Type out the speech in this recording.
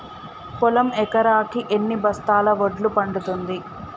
పొలం ఎకరాకి ఎన్ని బస్తాల వడ్లు పండుతుంది?